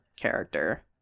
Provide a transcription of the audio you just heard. character